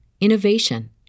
innovation